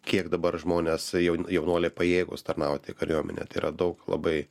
kiek dabar žmonės jau jaunuoliai pajėgūs tarnauti kariuomenėj yra daug labai